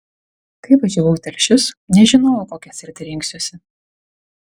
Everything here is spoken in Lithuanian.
kai važiavau į telšius nežinojau kokią sritį rinksiuosi